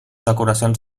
decoracions